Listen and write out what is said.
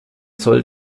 soll